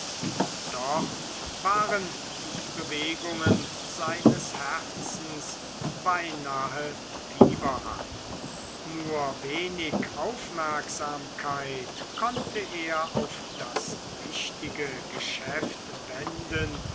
und doch waren die bewegungen seines herzens beinahe fieberhaft nur wenig aufmerksamkeit konnte er auf das wichtige geschäft wenden